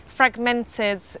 fragmented